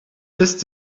ist